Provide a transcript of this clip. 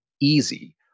easy